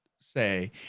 say